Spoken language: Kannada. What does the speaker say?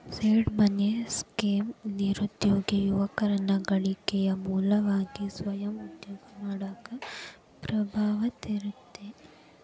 ಸೇಡ್ ಮನಿ ಸ್ಕೇಮ್ ನಿರುದ್ಯೋಗಿ ಯುವಕರನ್ನ ಗಳಿಕೆಯ ಮೂಲವಾಗಿ ಸ್ವಯಂ ಉದ್ಯೋಗ ಮಾಡಾಕ ಪ್ರಭಾವ ಬೇರ್ತದ